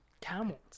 Camels